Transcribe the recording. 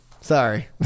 Sorry